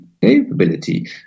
capability